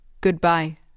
Goodbye